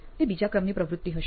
તે બીજા ક્રમની પ્રવૃત્તિ હશે